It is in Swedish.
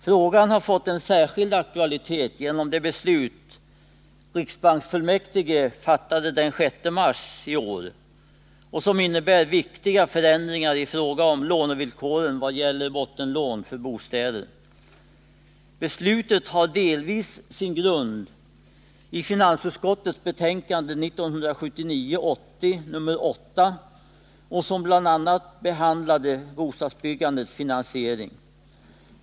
Frågan har fått särskild aktualitet genom det beslut riksbanksfullmäktige fattade den 6 mars i år och som innebär viktiga förändringar i fråga om lånevillkoren i vad gäller bottenlån för bostäder. Beslutet har delvis sin grund i finansutskottets betänkande 1979/80:8, som bl.a. behandlade bostadsbyggandets finansiering.